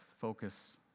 focus